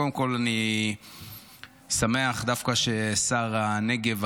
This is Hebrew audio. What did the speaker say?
קודם כול אני שמח דווקא ששר הנגב,